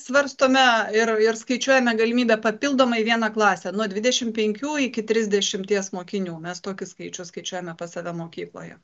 svarstome ir ir skaičiuojame galimybę papildomai vieną klasę nuo dvidešim penkių iki trisdešimties mokinių mes tokį skaičių skaičiuojame pas save mokykloje